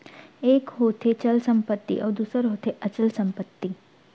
एक होथे चल संपत्ति अउ दूसर होथे अचल संपत्ति